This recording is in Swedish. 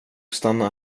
stanna